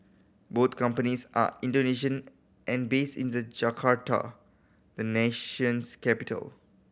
both companies are Indonesian and based in the Jakarta the nation's capital